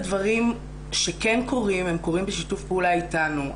הדברים שקורים הן קורים בשיתוף פעולה אתנו.